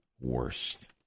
worst